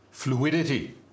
fluidity